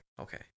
Okay